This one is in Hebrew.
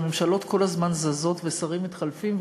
הממשלות כל הזמן זזות ושרים מתחלפים,